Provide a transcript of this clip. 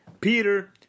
peter